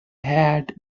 had